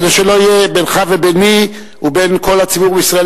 כדי שלא תהיה בינך לביני ובין כל הציבור בישראל